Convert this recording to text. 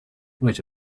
wait